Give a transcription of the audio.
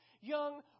young